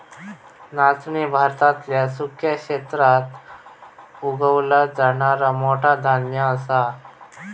नाचणी भारतातल्या सुक्या क्षेत्रात उगवला जाणारा मोठा धान्य असा